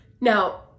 now